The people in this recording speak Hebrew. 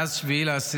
מאז 7 באוקטובר,